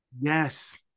Yes